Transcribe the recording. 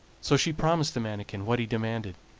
so she promised the manikin what he demanded,